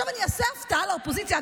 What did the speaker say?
עכשיו אני אעשה הפתעה לאופוזיציה.